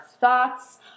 thoughts